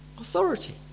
authority